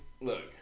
Look